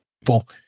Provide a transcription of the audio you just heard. people